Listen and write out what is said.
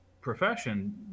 profession